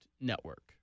Network